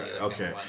Okay